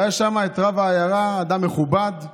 והיה שם רב העיירה, אדם מכובד,